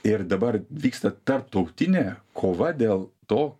ir dabar vyksta tarptautinė kova dėl to